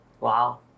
Wow